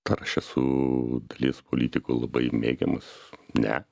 ar aš esu dalies politikų labai mėgiamas ne